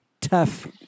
tough